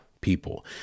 People